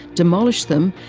demolish them,